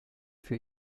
für